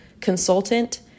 consultant